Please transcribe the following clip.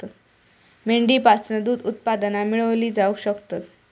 मेंढीपासना दूध उत्पादना मेळवली जावक शकतत